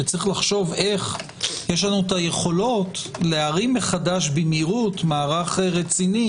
שיש לחשוב איך יש לנו היכולות להרים מחדש במהירות מערך רציני,